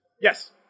Yes